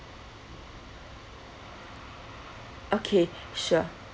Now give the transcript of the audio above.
okay sure